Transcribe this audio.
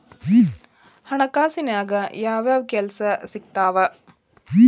ಹಣಕಾಸಿನ್ಯಾಗ ಯಾವ್ಯಾವ್ ಕೆಲ್ಸ ಸಿಕ್ತಾವ